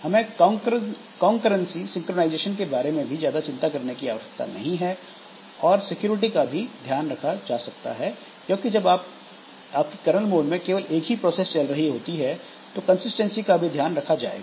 हमें concurrency synchronisation के बारे में भी ज्यादा चिंता करने की आवश्यकता नहीं है और सिक्योरिटी का भी ध्यान रखा जा सकता है क्योंकि जब आपकी कर्नल मोड में केवल एक ही प्रोसेस चल रही होगी तो कंसिस्टेंसी का भी ध्यान रखा जाएगा